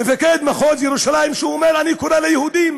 מפקד מחוז ירושלים, שאומר: אני קורא ליהודים